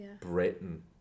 Britain